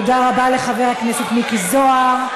תודה רבה לחבר הכנסת מיקי זוהר.